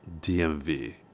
DMV